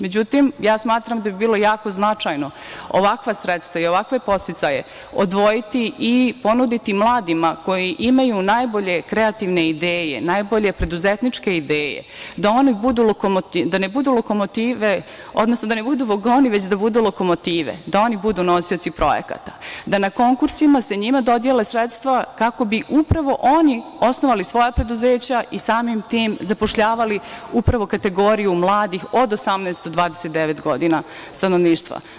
Međutim, smatram da bi bilo jako značajno ovakva sredstava i ovakve podsticaje odvojiti i ponuditi mladima koji imaju najbolje kreativne ideje, najbolje preduzetničke ideje, da oni ne budu vagoni već da budu lokomotive, da oni budu nosioci projekata, da na konkursima se njima dodele sredstava kako bi upravo oni osnovali svoja preduzeća i samim tim zapošljavali upravo kategoriju mladih od 18 do 29 godina stanovništva.